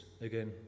again